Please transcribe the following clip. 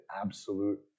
absolute